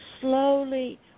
slowly